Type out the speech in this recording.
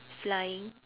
flying